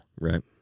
right